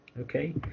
okay